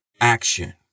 action